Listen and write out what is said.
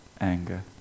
anger